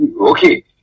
okay